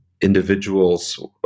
individuals